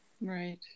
right